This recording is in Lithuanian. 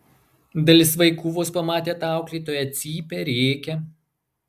dalis vaikų vos pamatę tą auklėtoją cypia rėkia